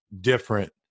different